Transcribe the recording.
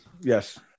Yes